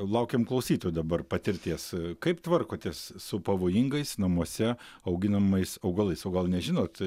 laukiam klausytojų dabar patirties kaip tvarkotės su pavojingais namuose auginamais augalais o gal nežinot